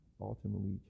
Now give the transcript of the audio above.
ultimately